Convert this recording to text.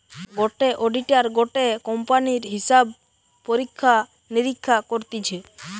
গটে অডিটার গটে কোম্পানির হিসাব পরীক্ষা নিরীক্ষা করতিছে